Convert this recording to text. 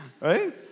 right